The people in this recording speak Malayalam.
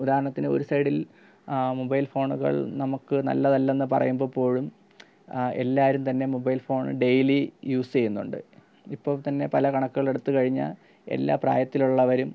ഉദാഹരണത്തിന് ഒരു സൈഡിൽ മൊബൈൽ ഫോണുകൾ നമുക്ക് നല്ലതല്ലെന്നു പറയുമ്പോൾ പോലും എല്ലാവരും തന്നെ മൊബൈൽ ഫോൺ ഡെയിലി യൂസ് ചെയ്യുന്നുണ്ട് ഇപ്പോൾ തന്നെ പല കണക്കുകളെടുത്തു കഴിഞ്ഞാൽ എല്ലാ പ്രായത്തിലുള്ളവരും